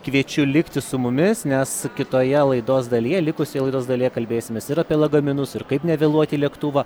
kviečiu likti su mumis nes kitoje laidos dalyje likusioje laidos dalyje kalbėsimės ir apie lagaminus ir kaip nevėluoti į lėktuvą